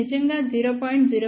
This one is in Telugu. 12 ఇది నిజంగా 0